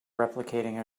replicating